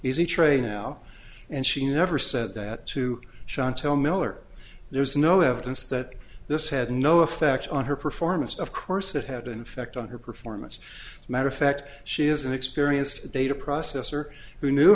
easy training now and she never said that to shontelle miller there's no evidence that this had no effect on her performance of course it had an effect on her performance met effect she is an experienced data processor who knew